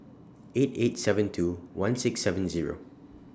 eight eight seven two one six seven Zero